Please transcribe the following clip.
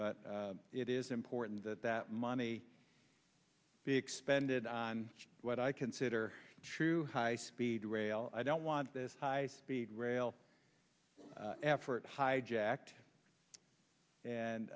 but it is important that that money be expended on what i consider a true high speed rail i don't want this high speed rail effort hijacked and